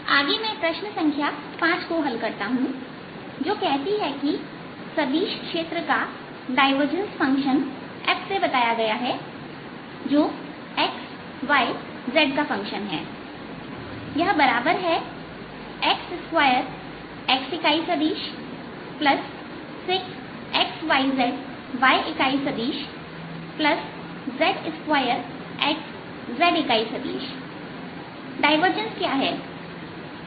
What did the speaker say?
आगे मैं प्रश्न संख्या 5 को हल करता हूं जो कहती है कि सदिश क्षेत्र का डायवर्जेंस फंक्शन f से बताया गया है जो x y z का फंक्शन है वह बराबर है x2x इकाई सदिश6xyz yइकाई सदिशz2x zइकाई सदिश डायवर्जेंस क्या है